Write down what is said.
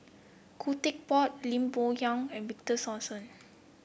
Khoo Teck Puat Lim Bo Yam and Victor Sassoon